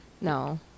no